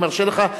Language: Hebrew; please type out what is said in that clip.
אני מרשה לך.